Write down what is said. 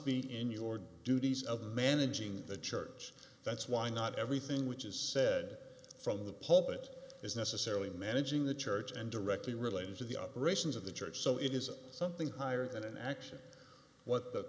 be in your duties of managing the church that's why not everything which is said from the pulpit is necessarily managing the church and directly related to the operations of the church so it isn't something higher than an action what the